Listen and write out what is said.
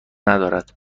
ندارد